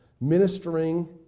ministering